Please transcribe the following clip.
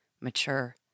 mature